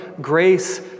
grace